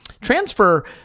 transfer